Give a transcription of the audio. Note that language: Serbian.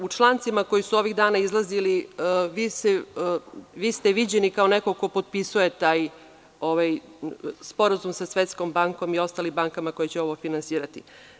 U člancima koji su ovih dana izlazili vi ste viđeni kao neko ko potpisuje taj sporazum sa Svetskom bankom i ostalim bankama koje će ovo finansirati.